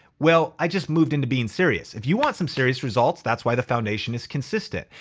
well, i just moved into being serious. if you want some serious results, that's why the foundation is consistent.